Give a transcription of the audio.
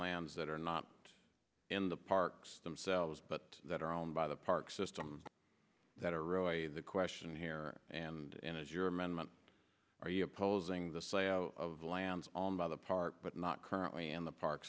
lands that are not in the parks themselves but that are owned by the park system that are roy the question here and is your amendment are you opposing the sale of land on by the park but not currently in the park